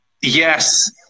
yes